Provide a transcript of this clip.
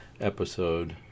episode